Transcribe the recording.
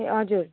ए हजुर